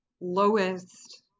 lowest